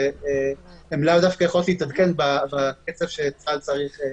שהן לאו דווקא יכולות להתעדכן בקצב שצה"ל צריך.